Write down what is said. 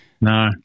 No